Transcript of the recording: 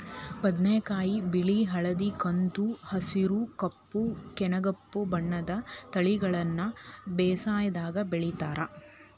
ಬದನೆಕಾಯಿ ಬಿಳಿ ಹಳದಿ ಕಂದು ಹಸುರು ಕಪ್ಪು ಕನೆಗೆಂಪು ಬಣ್ಣದ ತಳಿಗಳನ್ನ ಬೇಸಾಯದಾಗ ಬೆಳಿತಾರ